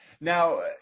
Now